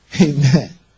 Amen